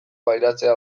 pairatzea